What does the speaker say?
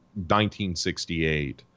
1968